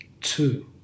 two